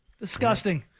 Disgusting